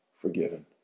forgiven